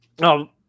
No